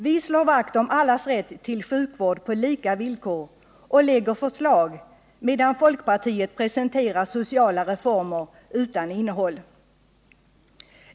Vi slår vakt om allas rätt till sjukvård på lika villkor och lägger fram förslag, medan folkpartiet presenterar sociala reformer utan innehåll.